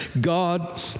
God